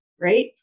right